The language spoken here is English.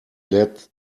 led